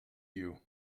you